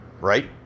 right